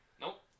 nope